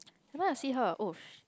I wanna see how your oh shit